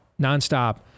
nonstop